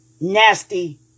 nasty